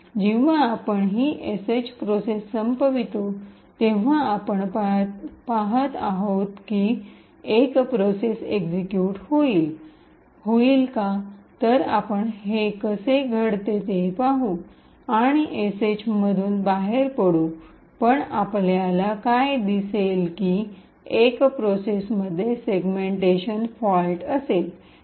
जेव्हा आपण ही sh प्रोसेस संपवितो तेव्हा आपण पहात आहोत की "१" प्रोसेस एक्सिक्यूट होईल का तर आपण हे कसे घडते ते पाहू आणि sh मधून बाहेर पडू पण आपल्याला काय दिसेल की "१" प्रोसेसमध्ये सेगमेंटेशन फॉल्ट असेल